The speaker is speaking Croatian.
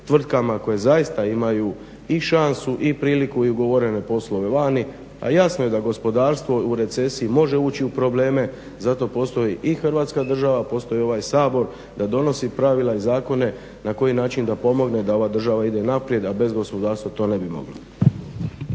tvrtkama koje zaista imaju i šansu i priliku i ugovorene poslove vani, a jasno je da gospodarstvo u recesiji može ući u probleme zato postoji i Hrvatska država, postoji ovaj Sabor da donosi pravila i zakone na koji način da pomogne da ova država ide naprijed, a bez gospodarstva to ne bi mogli.